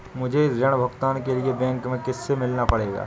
मुझे ऋण भुगतान के लिए बैंक में किससे मिलना चाहिए?